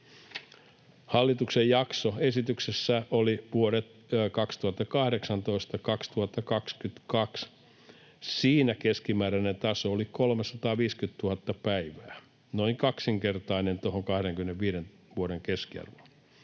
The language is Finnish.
Hallituksen jakso esityksessä oli vuodet 2018—2022. Siinä keskimääräinen taso oli 350 000 päivää — noin kaksinkertainen tuohon 25 vuoden keskiarvoon.